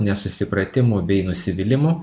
nesusipratimų bei nusivylimų